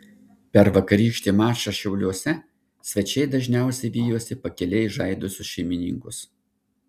per vakarykštį mačą šiauliuose svečiai dažniausiai vijosi pakiliai žaidusius šeimininkus